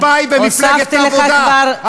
מפא"י ומפלגת העבודה.